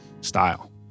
style